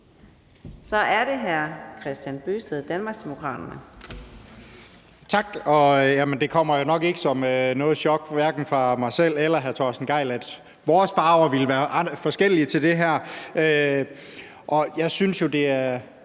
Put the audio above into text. Så er det hr. Kristian Bøgsted, Danmarksdemokraterne.